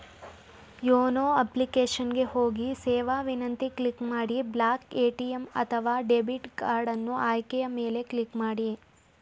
YONO application ಗೆ ಹೋಗಿ ಸೇವಾ ವಿನಂತಿ ಕ್ಲಿಕ್ ಮಾಡಿ ಬ್ಲಾಕ್ ಎ.ಟಿ.ಎಂ ಅಥವಾ ಡೆಬಿಟ್ ಕಾರ್ಡನ್ನು ಆಯ್ಕೆಯ ಮೇಲೆ ಕ್ಲಿಕ್ ಮಾಡಿ